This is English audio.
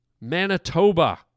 Manitoba